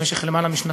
במשך יותר משנתיים,